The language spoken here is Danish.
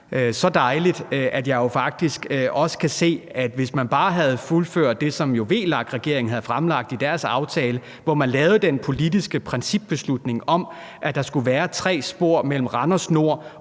så dejligt, at jeg kan se, at vi, hvis man bare havde fuldført det, som VLAK-regeringen havde fremlagt i deres aftale, hvor man lavede den politiske principbeslutning om, at der skulle være tre spor mellem Randers Nord